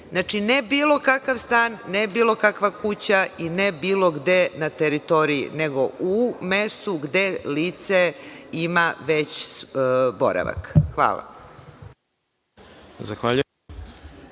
Znači, ne bilo kakav stan, ne bilo kakva kuća i ne bilo gde na teritoriji, nego u mestu gde lice ima već boravak. Hvala.